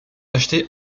achetées